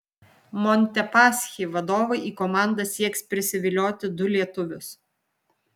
montepaschi vadovai į komandą sieks prisivilioti du lietuvius